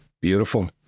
Beautiful